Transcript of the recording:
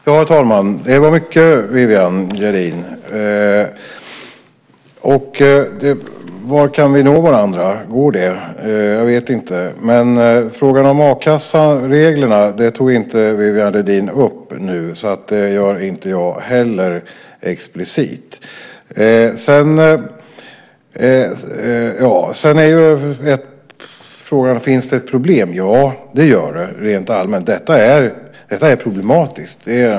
Herr talman! Det var mycket Viviann Gerdin tog upp. Kan vi nå varandra? Går det? Jag vet inte. Viviann Gerdin tog inte upp frågan om a-kassereglerna nu och därför gör inte jag det heller explicit. Sedan är frågan: Finns det ett problem? Ja, det gör det rent allmänt. Detta är problematiskt.